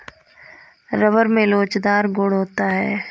rubber में लोचदार गुण होता है